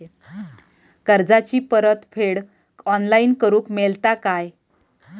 कर्जाची परत फेड ऑनलाइन करूक मेलता काय?